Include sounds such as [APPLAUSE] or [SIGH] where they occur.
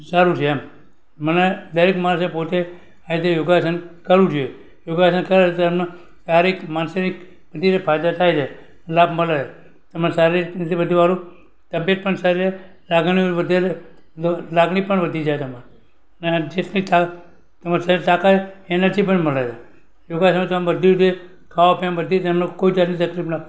સારું છે એમ મને દરેક માણસે પોતે હેલ્ધી યોગાસન કરવું જોઈએ યોગાસન કરે તો એમને શારીરિક માનસિક બધીએ ફાયદા થાય છે લાભ મળે તમે શારીરિક [UNINTELLIGIBLE] વાળું તબિયત પણ સારી રહે લાગણીઓ વધારે લાગણી પણ વધી જાય તમારે અને જેટલી [UNINTELLIGIBLE] તમારે શરીર તાકાત એનર્જિ પણ મળે છે યોગાસન બધી રીતે ખાવા પીવામાં બધી રીતે એમનું કોઈ જાતનું